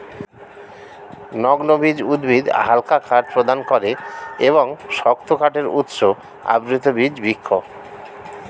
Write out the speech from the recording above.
নগ্নবীজ উদ্ভিদ হালকা কাঠ প্রদান করে এবং শক্ত কাঠের উৎস আবৃতবীজ বৃক্ষ